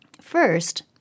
First